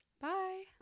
bye